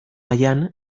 mailan